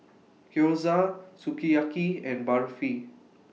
Gyoza Sukiyaki and Barfi